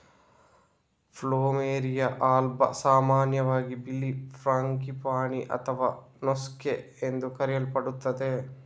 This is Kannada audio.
ಪ್ಲುಮೆರಿಯಾ ಆಲ್ಬಾ ಸಾಮಾನ್ಯವಾಗಿ ಬಿಳಿ ಫ್ರಾಂಗಿಪಾನಿ ಅಥವಾ ನೋಸ್ಗೇ ಎಂದು ಕರೆಯಲ್ಪಡುತ್ತದೆ